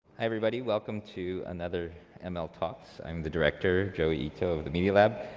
everybody, welcome to another and mltalks. i'm the director, joi ito of the media lab.